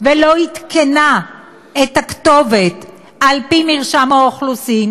ולא עדכנה את הכתובת על-פי מרשם האוכלוסין,